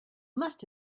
must